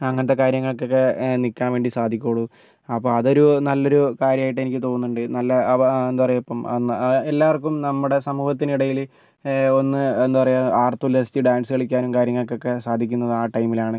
അങ്ങനത്തെ കാര്യങ്ങൾക്ക് ഒക്കെ നിൽക്കാൻ വേണ്ടി സാധിക്കുകയുള്ളൂ അപ്പോൾ അതൊരു നല്ലൊരു കാര്യമായിട്ട് എനിക്ക് തോന്നുന്നുണ്ട് നല്ല അപ്പം എന്താ പറയുക ഇപ്പം എല്ലാവർക്കും നമ്മുടെ സമൂഹത്തിനിടയിൽ ഒന്ന് എന്താ പറയുക ആർത്തുല്ലസിച്ച് ഡാൻസ് കളിക്കാനും കാര്യങ്ങൾക്കൊക്കെ സാധിക്കുന്നത് ആ ടൈമിലാണ്